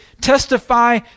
testify